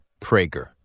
PRAGER